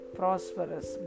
prosperous